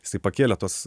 jisai pakėlė tuos